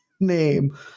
name